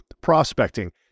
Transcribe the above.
prospecting